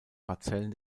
parzellen